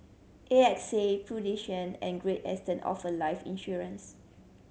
A X A and Great Eastern offer life insurance